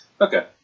Okay